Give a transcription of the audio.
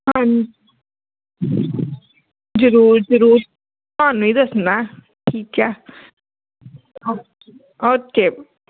ਹਾਂ ਜ਼ਰੂਰ ਜ਼ਰੂਰ ਤੁਹਾਨੂੰ ਹੀ ਦੱਸਣਾ ਠੀਕ ਆ ਓਕੇ